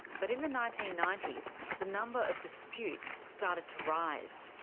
but in the nineteen ninety s, the number of disputes started to rise.